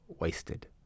wasted